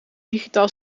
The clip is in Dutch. digitaal